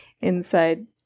Inside